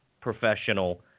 professional